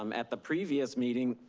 um at the previous meeting,